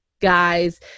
guys